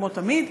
כמו תמיד.